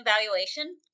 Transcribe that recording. evaluation